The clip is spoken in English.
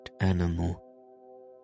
animal